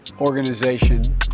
organization